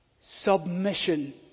submission